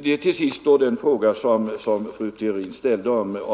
På fru Theorins fråga huruvida